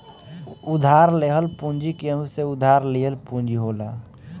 उधार लेहल पूंजी केहू से उधार लिहल पूंजी होला